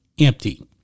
empty